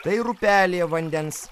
tai ir upelyje vandens